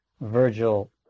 Virgil